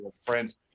friends